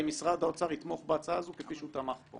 האם משרד האוצר יתמוך בהצעה הזו כפי שהוא תמך פה?